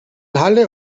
halle